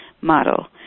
model